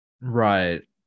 Right